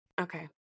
Okay